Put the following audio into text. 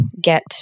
get